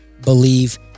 believe